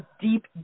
deep